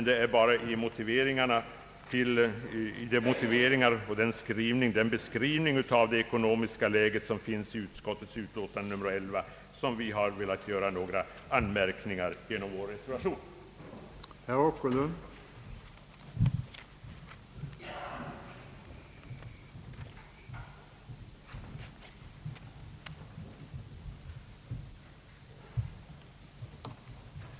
Det är bara utskottets motiveringar och beskrivning av det ekonomiska läget i bankoutskottets utlåtande nr 11 som har föranlett anmärkningar i vår reservation som jag yrkar bifall till.